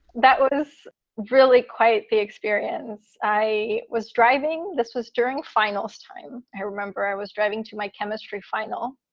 that was really quite the experience. i was driving. this was during finals time. i remember i was driving to my chemistry final.